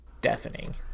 deafening